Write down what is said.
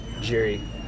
Jerry